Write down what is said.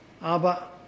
aber